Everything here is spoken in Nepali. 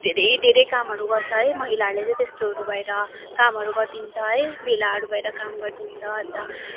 धेरै धेरै कामहरू गर्छ है महिलाहरूले चाहिँ त्यस्तोहरू भएर कामहरू गरिदिन्छ है भेलाहरू भएर काम गरिदिन्छ अन्त